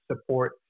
support